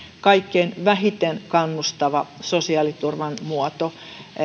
kaikkein vähiten kannustava sosiaaliturvan muoto